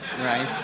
right